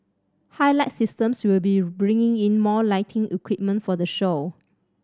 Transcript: Highlight Systems will be bringing in more lighting equipment for the show